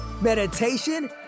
meditation